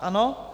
Ano?